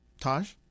Taj